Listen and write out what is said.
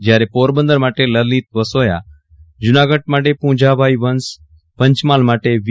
જ્યારે પોરબંદર માટે લલીત વસોયા જુનાગઢ માટે પૂંજાભાઈ વંશ પંચમહાલ માટે વી